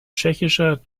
tschechischer